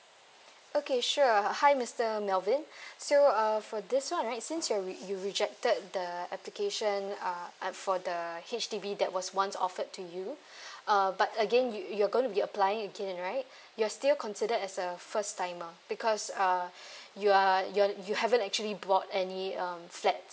okay sure hi mister melvin so uh for this [one] right since you're you rejected the application uh and for the H_D_B that was once offered to you uh but again you you're going to be applying again right you're still considered as a first timer because uh you are you you haven't actually bought any um flats